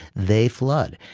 they flood.